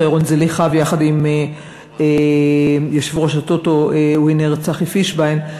ירון זליכה ויושב-ראש ה"טוטו ווינר" צחי פישביין,